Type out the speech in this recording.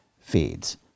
feeds